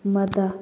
ꯃꯗ